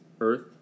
earth